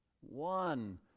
one